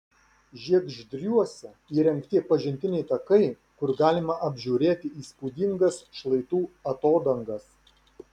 žiegždriuose įrengti pažintiniai takai kur galima apžiūrėti įspūdingas šlaitų atodangas